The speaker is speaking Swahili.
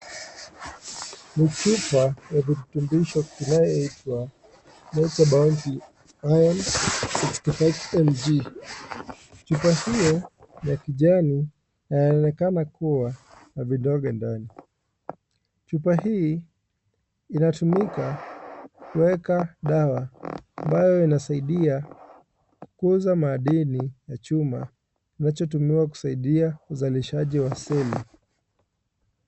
Ni chupa ya virutubisho vinavyoitwa, (cs)anti biotic irons,65mg(cs), chupa hiyo, ya kijani, yaonekana kuwa, na vidonge ndani, chupa hii, inatumika, kuweka dawa, ambayo inasaidia, kukuza madini ya chuma, kinacho tumiwa kusaidia uzalishaji wa seli.